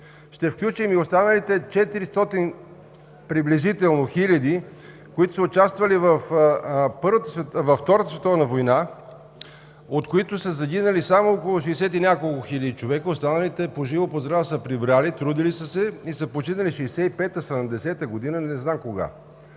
ще включим и останалите приблизително 400 хиляди, които са участвали във Втората световна война, от които са загинали само около шестдесет и няколко хиляди човека, останалите по живо, по здраво са се прибрали, трудили са се и са починали 1965 – 1970 година, не знам кога.